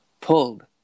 pulled